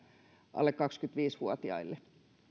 alle kaksikymmentäviisi vuotiaille